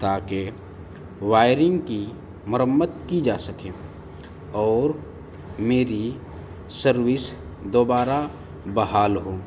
تاکہ وائرنگ کی مرمت کی جا سکے اور میری سروس دوبارہ بحال ہوں